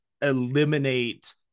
eliminate